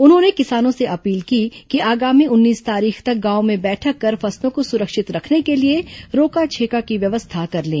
उन्होंने किसानों से अपील की कि आगामी उन्नीस तारीख तक गांवों में बैठक कर फसलों को सुरक्षित रखने के लिए रोका छेका की व्यवस्था कर लें